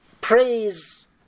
praise